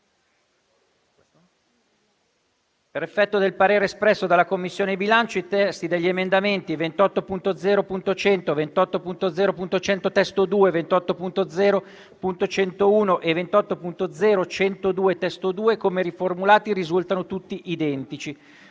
Per effetto del parere espresso dalla Commissione bilancio, i testi degli emendamenti 28.0.1000, 28.0.100 (testo 2), 28.0.101 e 28.0.102 (testo 2), come riformulati, risultano tutti identici.